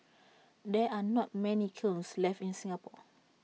there are not many kilns left in Singapore